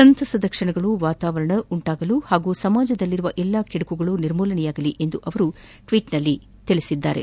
ಸಂತಸದ ಕ್ಷಣಗಳು ವಾತಾವರಣ ಉಂಟಾಗಲು ಹಾಗೂ ಸಮಾಜದಲ್ಲಿರುವ ಎಲ್ಲಾ ಕೆಡಕುಗಳು ನಿರ್ಮೂಲನೆಯಾಗಲಿ ಎಂದು ಅವರು ಟ್ವಿಟ್ನಲ್ಲಿ ತಿಳಿಸಿದ್ದಾರೆ